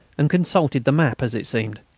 and consulted the map, as it seemed.